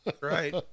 right